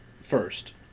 first